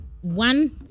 one